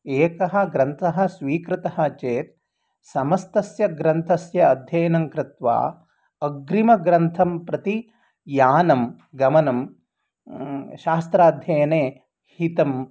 एकः ग्रन्थः स्वीकृतः चेत् समस्तस्य ग्रन्थस्य अध्ययनङ्कृत्वा अग्रिमग्रन्थं प्रति यानं गमनं शास्त्राध्ययने हितं